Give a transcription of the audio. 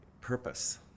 Purpose